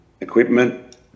equipment